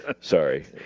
sorry